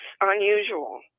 unusual